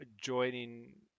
joining